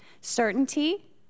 certainty